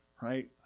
right